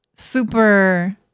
Super